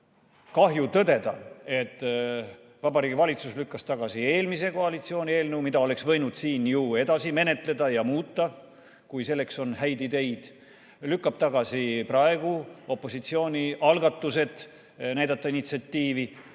kahju tõdeda, et Vabariigi Valitsus lükkas tagasi eelmise koalitsiooni eelnõu, mida oleks võinud siin ju edasi menetleda ja muuta, kui selleks olnuks häid ideid. Valitsus lükkab praegu tagasi opositsiooni algatused näidata initsiatiivi